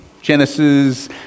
Genesis